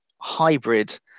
hybrid